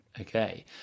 Okay